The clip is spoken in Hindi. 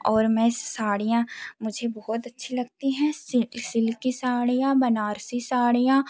और मैं साड़ियाँ मुझे बहुत अच्छी लगती हैं सिल्की साड़ियाँ बनारसी साड़ियाँ